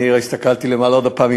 אני הסתכלתי למעלה עוד הפעם,